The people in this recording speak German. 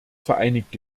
vereinigte